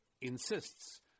insists